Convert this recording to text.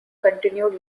continued